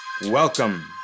welcome